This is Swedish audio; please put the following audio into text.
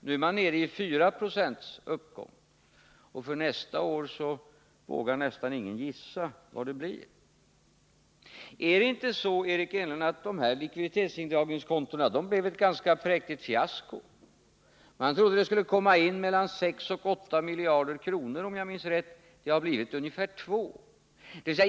Nu är man nere i 4 Zo uppgång. Och för nästa år vågar nästan ingen gissa vad det blir. Är det inte så, Eric Enlund, att de här likviditetsutjämningskontona blev ett ganska präktigt fiasko? Man trodde att det skulle komma in mellan 6 och 8 miliarder, om jag minns rätt. Det har blivit ungefär 2 miljarder.